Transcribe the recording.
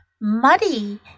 Muddy